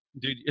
Dude